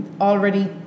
already